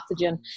pathogen